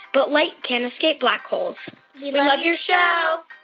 but light can't escape black holes we love your show